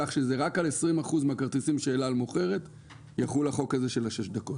כך שרק על 20 אחוזים מהכרטיסים שאל על מוכרת יחול החוק הזה של שש הדקות.